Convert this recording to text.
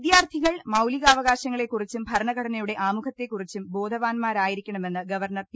വിദ്യാർത്ഥികൾ മൌലികാവകാശങ്ങളെകുറിച്ചും ഭരണഘടനയുടെ ആമുഖത്തെക്കുറിച്ചും ബോധവാന്മാരായിരിക്കണമെന്ന് ഗവർണർ പി